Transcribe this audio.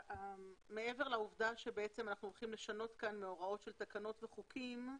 מעבר שלעובדה שבעצם אנחנו הולכים לשנות אן מהוראות של תקנות וחוקים,